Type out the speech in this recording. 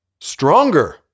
stronger